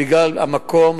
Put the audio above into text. בגלל המקום,